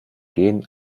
gen